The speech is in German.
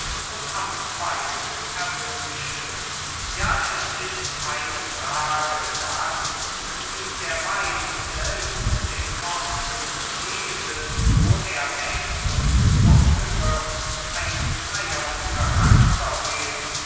und am meisten erwünschte ja es ist keine frage daß wie der wein selbst den orten und gegenden wo er wächst und getrunken wird einen freiern charakter gibt